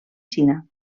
xina